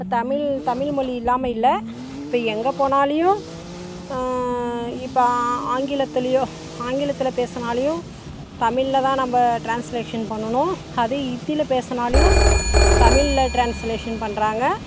இப்போ தமிழ் தமிழ் மொழி இல்லாமல் இல்லை இப்போ எங்கள் போனாலியும் இப்போ ஆங்கிலத்துலையோ ஆங்கிலத்தில் பேசுனாலியும் தமிழில் தான் நம்ப ட்ரான்ஸ்லேஷன் பண்ணனும் அதே ஹிந்தியில பேசினாலியும் தமிழில் ட்ரான்ஸ்லேஷன் பண்ணுறாங்க